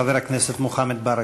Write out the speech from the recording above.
לחבר הכנסת מוחמד ברכה.